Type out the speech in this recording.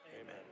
Amen